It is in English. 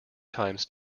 times